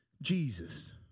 Jesus